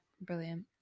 brilliant